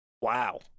Wow